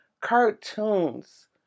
cartoons